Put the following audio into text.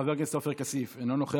חבר הכנסת עופר כסיף, אינו נוכח.